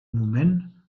moment